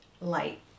Light